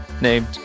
named